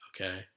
Okay